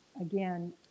Again